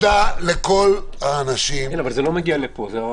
אבל זה לא מגיע לפה.